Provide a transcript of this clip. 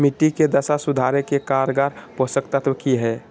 मिट्टी के दशा सुधारे के कारगर पोषक तत्व की है?